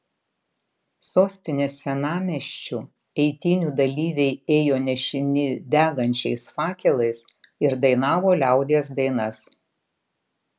sostinės senamiesčiu eitynių dalyviai ėjo nešini degančiais fakelais ir dainavo liaudies dainas